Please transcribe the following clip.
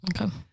okay